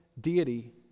deity